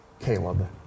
Caleb